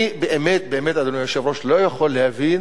אני באמת באמת, אדוני היושב-ראש, לא יכול להבין